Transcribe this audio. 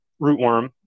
rootworm